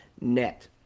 net